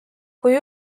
kui